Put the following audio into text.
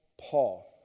Paul